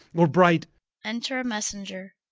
or bright enter a messenger.